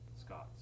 Scots